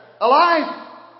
alive